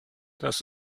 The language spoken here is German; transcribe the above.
das